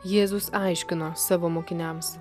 jėzus aiškino savo mokiniams